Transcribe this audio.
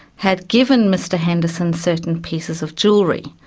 had given mr henderson certain pieces of jewellery,